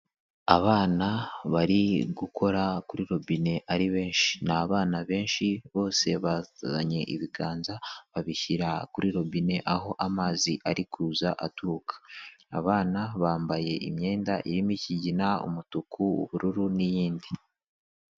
Abana bari gukora kuri robine ari benshi, ni abana benshi bose bazanye ibiganza babishyira kuri robine aho amazi ari kuza aturuka, abana bambaye imyenda irimo ikigina, umutuku, ubururu n'iyindi.